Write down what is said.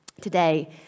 today